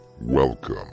Welcome